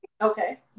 Okay